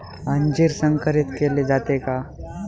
अंजीर संकरित केले जाते का?